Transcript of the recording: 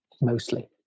mostly